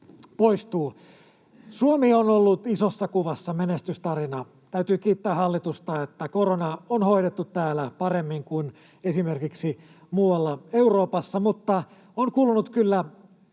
Suomi on ollut isossa kuvassa menestystarina. Täytyy kiittää hallitusta, että korona on hoidettu täällä paremmin kuin esimerkiksi muualla Euroopassa, mutta on kulunut kyllä